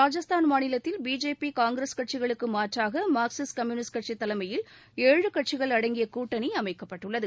ராஜஸ்தான் மாநிலத்தில் பிஜேபி காங்கிரஸ் கட்சிகளுக்கு மாற்றாக மார்க்சிஸ்ட் கம்யூனிஸ்ட் கட்சி தலைமையில் ஏழு கட்சிகள் அடங்கிய கூட்டணி அமைக்கப்பட்டுள்ளது